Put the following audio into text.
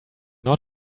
not